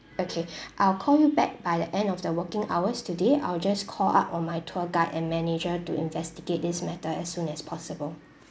okay I'll call you back by the end of the working hours today I'll just call up on my tour guide and manager to investigate this matter as soon as possible